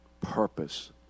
purpose